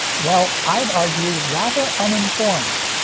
well, i'd argue rather uninformed.